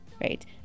right